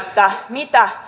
mitä